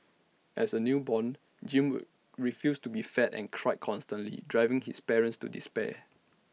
as A newborn Jim would refuse to be fed and cried constantly driving his parents to despair